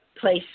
place